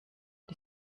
die